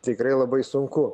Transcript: tikrai labai sunku